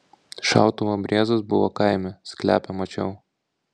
šautuvo abriezas buvo kaime sklepe mačiau